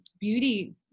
beauty